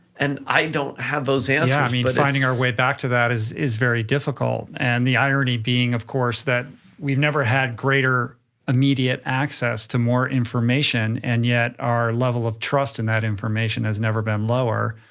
and i don't have those answers and yeah, i mean finding our way back to that is is very difficult, and the irony being, of course, that we've never had greater immediate access to more information, and yet, our level of trust in that information has never been lower.